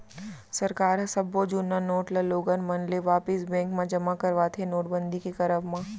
सरकार ह सब्बो जुन्ना नोट ल लोगन मन ले वापिस बेंक म जमा करवाथे नोटबंदी के करब म